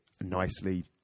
nicely